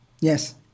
Yes